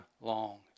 long